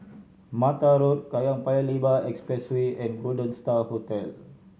Mattar Road Kallang Paya Lebar Expressway and Golden Star Hotel